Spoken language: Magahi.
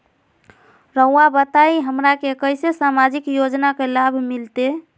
रहुआ बताइए हमरा के कैसे सामाजिक योजना का लाभ मिलते?